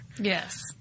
Yes